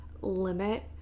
limit